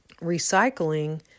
recycling